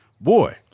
boy